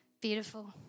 Beautiful